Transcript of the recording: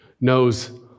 knows